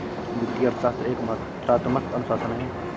वित्तीय अर्थशास्त्र एक मात्रात्मक अनुशासन है